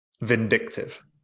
vindictive